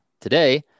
Today